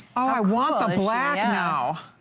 ah why want the black now!